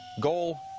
goal